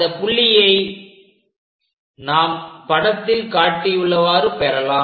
அந்த புள்ளியை நாம் படத்தில் காட்டியுள்ளவாறு பெறலாம்